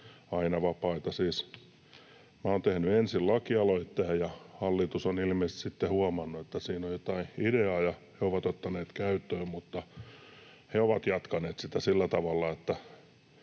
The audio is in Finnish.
aina vapaita. Siis minä olen tehnyt ensin lakialoitteen ja hallitus on ilmeisesti sitten huomannut, että siinä on jotain ideaa, ja he ovat ottaneet sen käyttöön, mutta he ovat jatkaneet sitä sillä tavalla,